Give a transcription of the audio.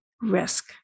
risk